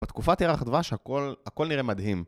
בתקופת ירח דבש הכל נראה מדהים